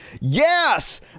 Yes